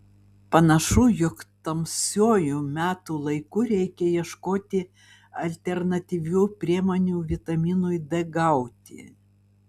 panašu jog tamsiuoju metų laiku reikia ieškoti alternatyvių priemonių vitaminui d gauti